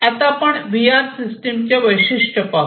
आता आपण V R system चे वैशिष्ट्ये पाहू